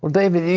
david,